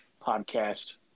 podcast